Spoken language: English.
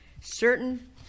certain